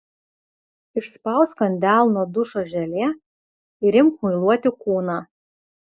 išspausk ant delno dušo želė ir imk muiluoti kūną